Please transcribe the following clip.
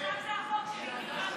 רוצה לעבור להצבעה.